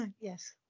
Yes